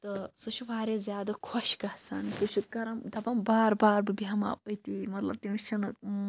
تہٕ سُہ چھِ واریاہ زیادٕ خۄش گَژھان سُہ چھِ کَِران دَپان بار بار بہٕ بیٚہما أتنٕے مطلب تٔمِس چھنہٕ